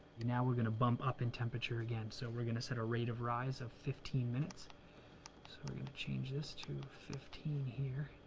now we're gonna bump up in temperature again, so we're gonna set a rate of rise of fifteen minutes so we're gonna change this to fifteen here